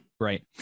Right